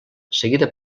seguida